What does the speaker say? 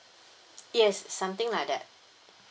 yes something like that